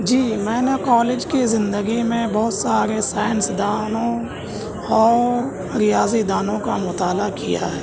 جی میں نے کالج کی زندگی میں بہت سارے سائنسدانوں اور ریاضی دانوں کا مطالعہ کیا ہے